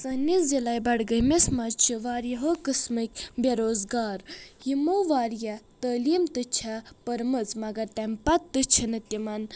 سٲنِس ضلعے بڈگٲمِس منٛز چھِ واریاہو قٕسمٕکۍ بےٚ روزگار یِمو واریاہ تعلیٖم تہِ چھاےٚ پٔرمٕژ مگر تمہِ پتہٕ تہِ چھنہٕ تِمن